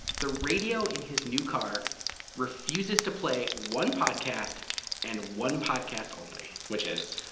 the radio in his new car refuses to play one podcast and one podcast only which is?